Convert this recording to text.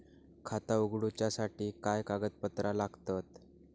खाता उगडूच्यासाठी काय कागदपत्रा लागतत?